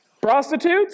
Prostitutes